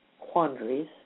quandaries